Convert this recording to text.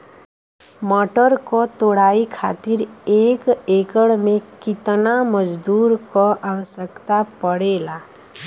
मटर क तोड़ाई खातीर एक एकड़ में कितना मजदूर क आवश्यकता पड़ेला?